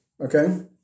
okay